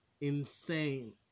insane